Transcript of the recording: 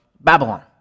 Babylon